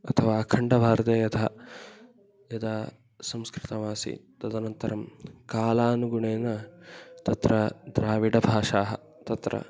अथवा अखण्डभारते यदा यदा संस्कृतमासीत् तदनन्तरं कालानुगुणेन तत्र द्राविडभाषाः तत्र